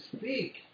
speak